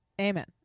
Amen